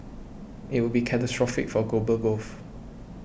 it would be catastrophic for global growth